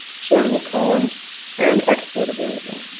sortable columns and export available.